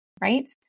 right